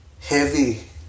heavy